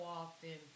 often